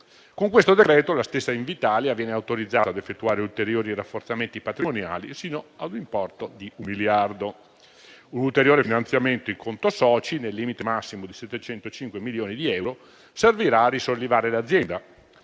Con questo decreto-legge la stessa Invitalia viene autorizzata a effettuare ulteriori rafforzamenti patrimoniali sino a un importo di un miliardo. Un ulteriore finanziamento in conto soci, nel limite massimo di 705 milioni di euro, servirà a risollevare l'azienda,